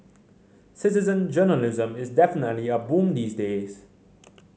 citizen journalism is definitely a boom these days